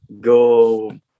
go